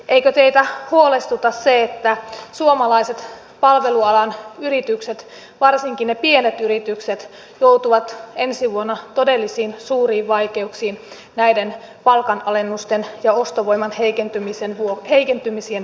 eikö teitä huolestuta se että suomalaiset palvelualan yritykset varsinkin ne pienet yritykset joutuvat ensi vuonna todellisiin suuriin vaikeuksiin näiden palkanalennusten ja ostovoiman heikentymisien vuoksi